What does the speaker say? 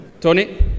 Tony